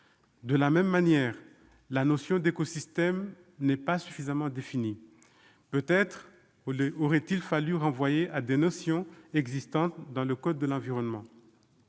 De la même manière, la notion d'écosystème n'est pas suffisamment définie. Peut-être aurait-il fallu renvoyer à des notions existant dans le code de l'environnement.